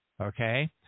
Okay